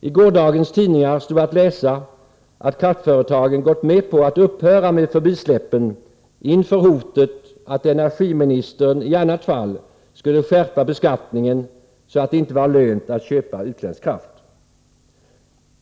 I gårdagens tidningar stod att läsa att kraftföretagen gått med på att upphöra med förbisläppen inför hotet att energiministern i annat fall skulle skärpa beskattningen så att det inte var lönt att köpa utländsk kraft.